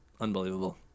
Unbelievable